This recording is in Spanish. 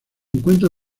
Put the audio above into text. encuentra